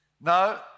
No